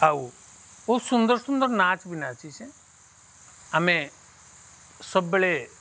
ଆଉ ବହୁତ ସୁନ୍ଦର ସୁନ୍ଦର ନାନ୍ ବି ନାଚିଛେ ସେ ଆମେ ସବୁବେଳେ